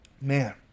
Man